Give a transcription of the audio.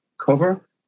cover